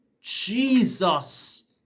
Jesus